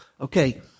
Okay